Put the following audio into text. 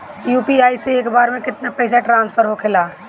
UPI से एक बार मे केतना पैसा ट्रस्फर होखे ला?